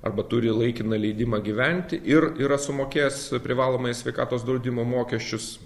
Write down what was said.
arba turi laikiną leidimą gyventi ir yra sumokėjęs privalomąjį sveikatos draudimo mokesčius